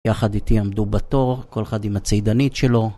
יחד איתי עמדו בתור, כל אחד עם הצידנית שלו